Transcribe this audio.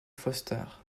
foster